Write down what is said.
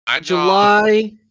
July